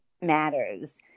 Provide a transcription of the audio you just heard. matters